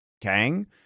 Kang